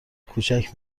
کوچک